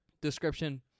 Description